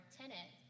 tenant